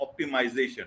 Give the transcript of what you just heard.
optimization